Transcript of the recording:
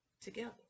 together